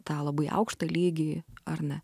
tą labai aukštą lygį ar ne